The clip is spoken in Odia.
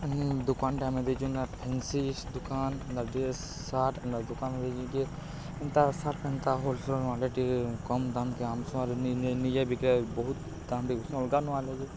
ଦୋକାନ୍ଟେ ଆମେ ଦେଇଛୁ ଫେନ୍ସି ଦୋକାନ ଡ୍ରେସ୍ ସାର୍ଟ ଏନ୍ତା ଦୋକାନ୍ ଦେଇଛୁ ଯେ ଏନ୍ତା ସାର୍ଟ୍ ହୋଲ୍ସେଲ୍ କମ୍ ଦାମ୍କେ ନିଜେ ବିିକେ ବହୁତ ଦାମ୍ ଦେଇ ଅଲଗା ଯେ